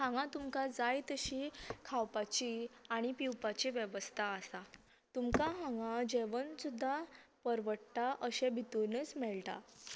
हांगा तुमकां जाय तशी खावपाची आनी पिवपाची वेवस्था आसा तुमकां हांगा जेवन सुद्दां परवडटा अशें भितुनूच मेळटा